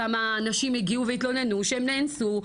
כמה נשים הגיעו והתלוננו שהן נאנסו,